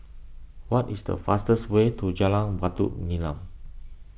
what is the fastest way to Jalan Batu Nilam